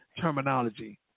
terminology